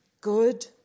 good